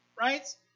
right